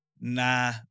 nah